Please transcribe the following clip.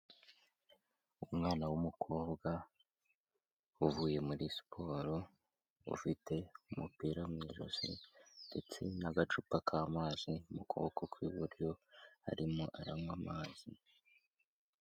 Umwana w'umukobwa uvuye muri siporo ufite umupira mu ijosi, ndetse n'agacupa k'amazi mu kuboko kw'iburyo arimo aranywa amazi.